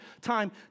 time